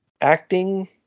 Acting